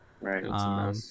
Right